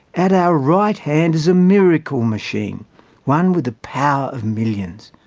at our right hand is a miracle machine one with the power of millions.